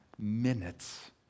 minutes